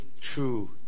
true